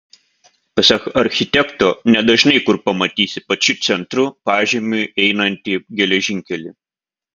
pasak architekto nedažnai kur pamatysi pačiu centru pažemiui einantį geležinkelį